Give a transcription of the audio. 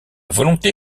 volonté